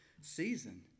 season